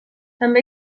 també